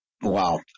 Wow